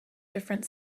different